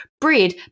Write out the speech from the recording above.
bread